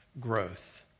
growth